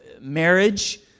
marriage